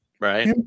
Right